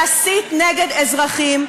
להסית נגד אזרחים,